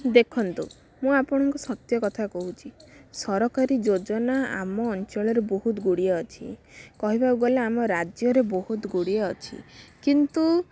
ଦେଖନ୍ତୁ ମୁଁ ଆପଣଙ୍କୁ ସତ୍ୟ କଥା କହୁଛି ସରକାରୀ ଯୋଜନା ଆମ ଅଞ୍ଚଳରେ ବହୁତଗୁଡ଼ିଏ ଅଛି କହିବାକୁ ଗଲେ ଆମ ରାଜ୍ୟରେ ବହୁତଗୁଡ଼ିଏ ଅଛି କିନ୍ତୁ